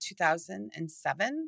2007